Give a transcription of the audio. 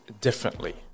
differently